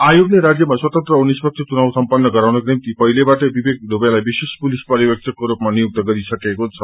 आयोगले राज्यमा स्वतन्त्र औ निष्पक्ष चुनाव समपन्न गराउनको निम्ति पहिलेबाटै विवेक दूबेलाई विशेष पुसिस पर्यवेक्षकको रूपमा नियुक्त गरिसकेको छ